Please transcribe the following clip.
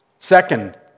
Second